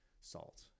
salt